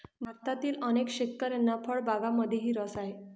भारतातील अनेक शेतकऱ्यांना फळबागांमध्येही रस आहे